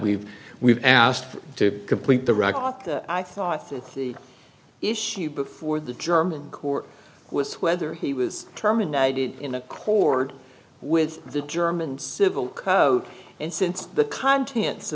we've we've asked to complete the record i thought that the issue before the german court was whether he was terminated in accord with the german civil code and since the contents